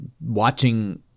watching